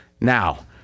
Now